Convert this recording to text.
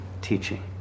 teaching